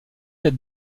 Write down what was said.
être